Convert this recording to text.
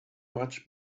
much